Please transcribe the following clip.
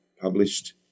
published